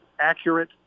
accurate